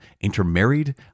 intermarried